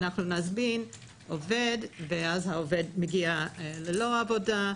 אנחנו נזמין עובד ואז העובד מגיע ללא עבודה.